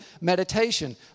meditation